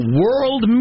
world